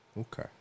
Okay